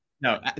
No